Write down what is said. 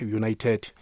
united